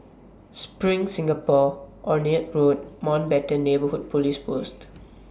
SPRING Singapore Onraet Road Mountbatten Neighbourhood Police Post